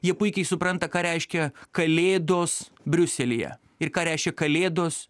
jie puikiai supranta ką reiškia kalėdos briuselyje ir ką reiškia kalėdos